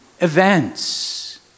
events